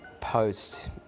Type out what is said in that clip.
post